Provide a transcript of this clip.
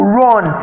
run